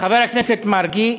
חבר הכנסת מרגי,